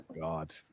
God